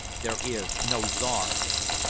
there is no czar here.